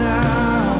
now